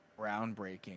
groundbreaking